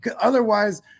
Otherwise